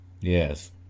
Yes